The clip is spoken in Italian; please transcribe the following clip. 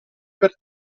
per